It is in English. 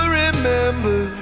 remember